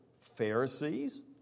Pharisees